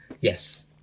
Yes